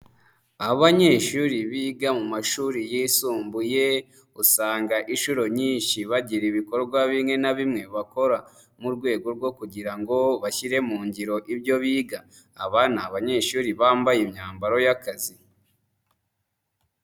Abanyeshuri biga mu mashuri yisumbuye usanga inshuro nyinshi bagira ibikorwa bimwe na bimwe bakora mu rwego rwo kugira ngo bashyire mu ngiro ibyo biga, aba ni abanyeshuri bambaye imyambaro y'akazi.